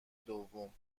دوم